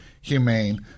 humane